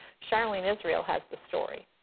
charlene israel has the story.